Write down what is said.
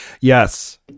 Yes